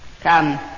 Come